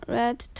Red